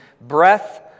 breath